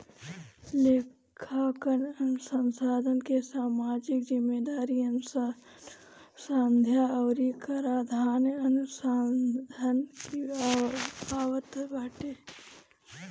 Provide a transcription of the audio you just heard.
लेखांकन अनुसंधान में सामाजिक जिम्मेदारी अनुसन्धा अउरी कराधान अनुसंधान भी आवत बाटे